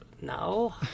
No